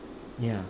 yeah